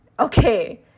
Okay